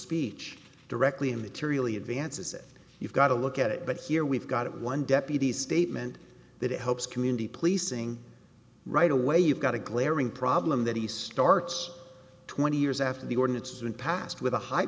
speech directly immaterial advances if you've got a look at it but here we've got it one deputy statement that helps community policing right away you've got a glaring problem that he starts twenty years after the ordinance has been passed with a high